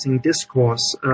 discourse